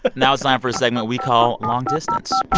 but now it's time for a segment we call long distance